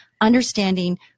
understanding